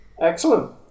Excellent